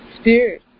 spirit